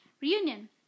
reunion